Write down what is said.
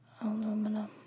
aluminum